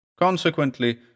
Consequently